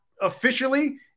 officially